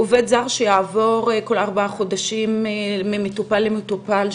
האם עובד זר שיעבור כל ארבעה חודשים ממטופל למטופל,